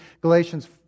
Galatians